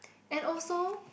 and also